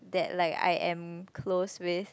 that like I am close with